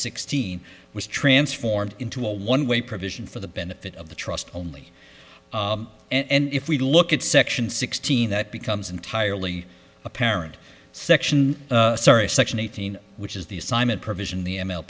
sixteen was transformed into a one way provision for the benefit of the trust only and if we look at section sixteen that becomes entirely apparent section sorry section eighteen which is the assignment provision the m l